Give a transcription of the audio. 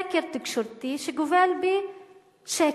סקר תקשורתי שגובל בשקר.